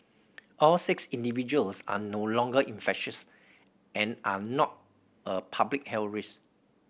all six individuals are no longer infectious and are not a public health risk